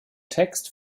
text